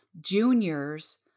juniors